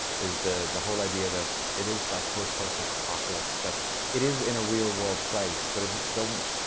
is the the whole idea that it is that post-post-apocalypse, that it is in a real world place but it doesn't,